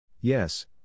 Yes